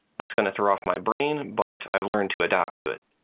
that's going to throw off my brain, but i've learned to adapt to it.